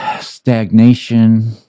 stagnation